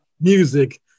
music